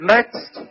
Next